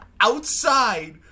outside